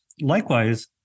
Likewise